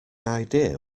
idea